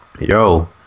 yo